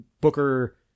Booker